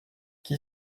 qui